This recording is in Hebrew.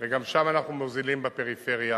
וגם שם אנחנו מוזילים, בפריפריה,